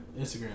Instagram